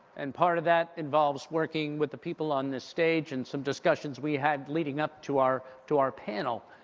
and part of that involves working with the people on this stage and some discussions we had leading up to our to our panel.